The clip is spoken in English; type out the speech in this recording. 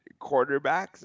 quarterbacks